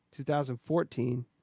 2014